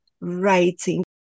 writing